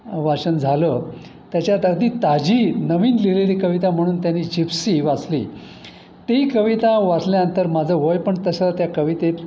वाचन झालं त्याच्यात आदी ताजी नवीन लिहिलेली कविता म्हणून त्यानी जिप्सी वाचली ती कविता वाचल्यानंतर माझं वय पण तसं त्या कवितेत